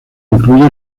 incluye